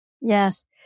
Yes